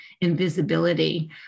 invisibility